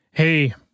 Hey